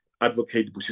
advocate